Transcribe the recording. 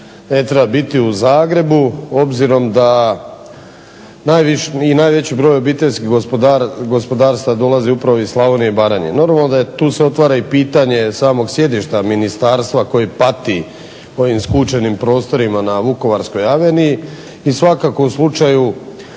ne treba biti u Zagrebu obzirom da i najveći broj obiteljskih gospodarstva dolazi upravo iz Slavonije i Baranje. Normalno da se tu otvara i pitanje samog sjedišta ministarstva koje pati u ovim skučenim prostorima na Vukovarskoj aveniji i svakako u slučaju